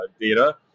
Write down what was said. data